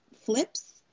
flips